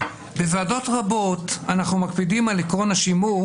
בוועדות רבות אנחנו מקפידים על עקרון השימור